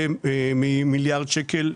מנער ועד זקן,